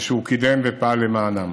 שהוא קידם ופעל למענם.